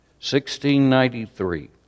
1693